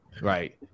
right